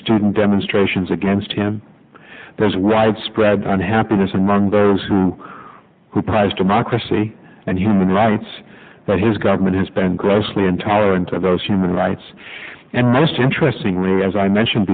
student demonstrations against him there is widespread unhappiness among those who prize democracy and human rights but his government has been grossly intolerant of those human rights and most interesting as i mentioned